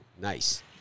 Nice